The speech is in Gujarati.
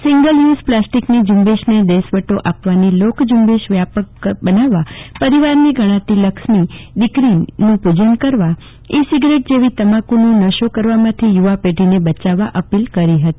સીંગલયુઝ પ્લાસ્ટીક ઝ઼ંબેશને દેશવટો આપવાની લોકઝ઼ંબેશ વ્યાપક બનાવવા પરિવારની લક્ષ્મી દીકરીનું પુજન કરવા ઈ સિગારેટ જેવી તમાકુનો નશો કરવામાંથી યુવાપેઢીને બચાવવા અપીલ કરી હતી